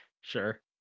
sure